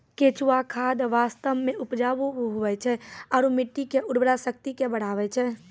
केंचुआ खाद वास्तव मे उपजाऊ हुवै छै आरू मट्टी के उर्वरा शक्ति के बढ़बै छै